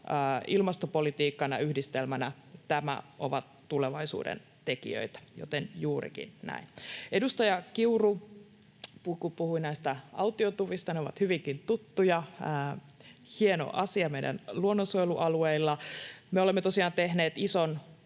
ilmastopolitiikka, ja yhdistelmänä nämä ovat tulevaisuuden tekijöitä, joten juurikin näin. Edustaja Kiuru puhui autiotuvista. Ne ovat hyvinkin tuttuja — hieno asia meidän luonnonsuojelualueilla. Me olemme tosiaan tehneet ison